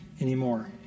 anymore